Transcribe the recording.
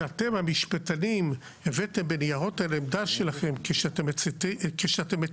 שאתם המשפטנים הבאתם בניירות העמדה שלכם כשאתם מצטטים